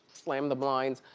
slammed the blinds.